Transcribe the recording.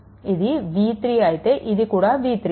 ఇది v3 అయితే ఇది కూడా v3